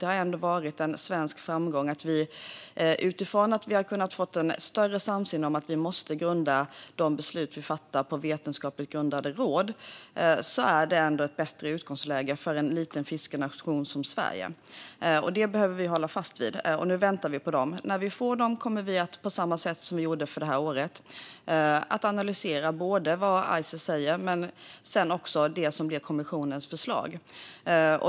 Det har ändå varit en svensk framgång med en större samsyn om att beslut måste fattas baserade på vetenskapligt grundade råd. Det är ändå ett bättre utgångsläge för en liten fiskenation som Sverige, och det behöver vi hålla fast vid - och nu väntar vi på dessa rekommendationer. När vi får rekommendationerna kommer vi på samma sätt som vi gjorde för detta år att analysera vad Ices säger och det som blir kommissionens förslag.